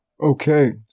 Okay